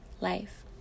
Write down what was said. life